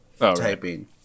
typing